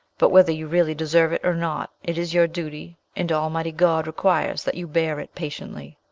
but whether you really deserve it or not, it is your duty, and almighty god requires that you bear it patiently.